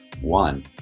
one